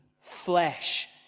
flesh